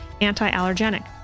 anti-allergenic